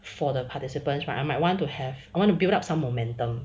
for the participants right I might want to have I want to build up some momentum